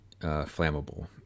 flammable